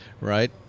Right